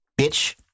bitch